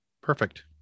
Perfect